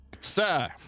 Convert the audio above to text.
sir